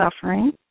suffering